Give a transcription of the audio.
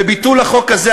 בביטול החוק הזה,